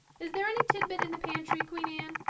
is there any tidbit in the pantry, queen anne?